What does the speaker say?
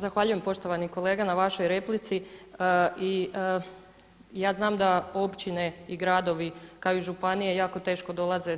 Zahvaljujem poštovani kolega na vašoj replici i ja znam da općine i gradovi kao i županije jako teško dolaze